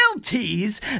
tease